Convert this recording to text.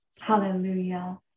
Hallelujah